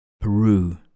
Peru